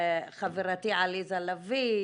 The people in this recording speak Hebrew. חברתי עליזה לביא,